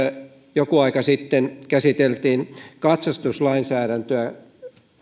joku aika sitten katsastuslainsäädäntöä